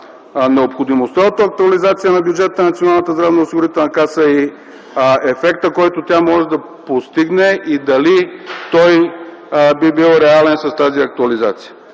необходимостта от актуализация на бюджета на Националната здравноосигурителна каса и ефектът, който тя може да постигне и дали той би бил реален с тази актуализация.